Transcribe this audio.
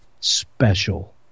special